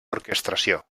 orquestració